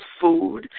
food